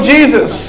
Jesus